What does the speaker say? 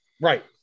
right